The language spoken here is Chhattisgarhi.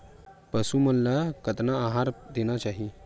पशु मन ला कतना आहार देना चाही?